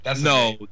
No